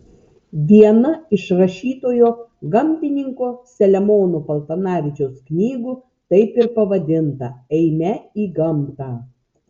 viena iš rašytojo gamtininko selemono paltanavičiaus knygų taip ir pavadinta eime į gamtą